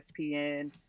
ESPN